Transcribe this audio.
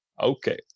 Okay